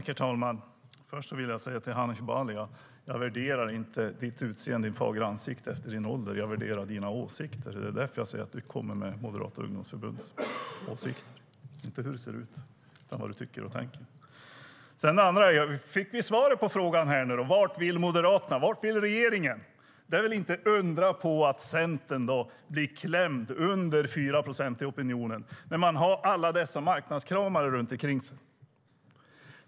Herr talman! Först vill jag säga till Hanif Bali att jag inte värderar hans utseende och fagra ansikte eller hans ålder. Jag värderar hans åsikter. Det är därför jag säger att han kommer med Moderata ungdomsförbundets åsikter. Det handlar inte om hur du ser ut, Hanif Bali, utan om vad du tycker och tänker. Vi fick nu svar på frågan vart Moderaterna och regeringen vill. Det är väl inte att undra på att Centern blir klämd under 4 procent i opinionen när man har alla dessa marknadskramare runt ikring sig.